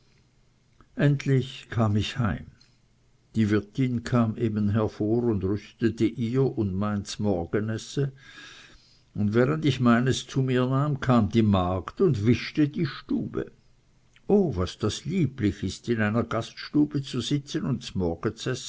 endlich kam ich heim die wirtin kam eben hervor und rüstete ihr und mein z'morgenesse und während ich meines zu mir nahm kam die magd und wischte die stube o was das lieblich ist in einer gaststube zu sitzen und